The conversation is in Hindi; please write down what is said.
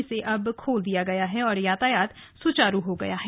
इसे अब अब खोल दिया गया है और यातायात सुचारु हो गया है